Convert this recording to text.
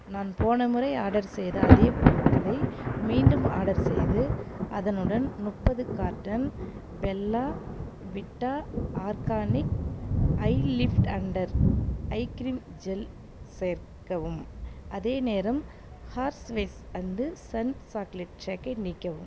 நான் போன முறை ஆர்டர் செய்த அதே பொருட்களை மீண்டும் ஆர்டர் செய்து அதனுடன் முப்பது carton Bella Vita organic eye lift under eye cream gel சேர்க்கவும் அதே நேரம் ஹார்ஸ்வேஸ் அண்ட் சன்ஸ் சாக்லேட் ஷேக்கை நீக்கவும்